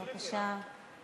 בבקשה,